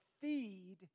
feed